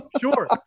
Sure